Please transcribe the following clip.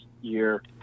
year